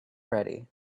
ready